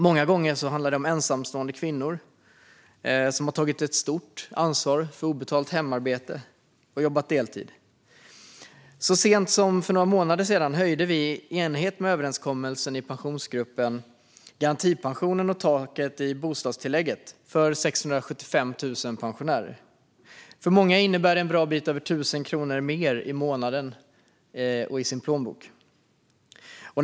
Många gånger handlar det om ensamstående kvinnor som har tagit ett stort ansvar för obetalt hemarbete och jobbat deltid. Så sent som för några månader sedan höjde vi, i enlighet med överenskommelsen i Pensionsgruppen, garantipensionen och taket i bostadstillägget för 675 000 pensionärer. För många innebär det en bra bit över 1 000 kronor mer i plånboken varje månad.